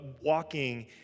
walking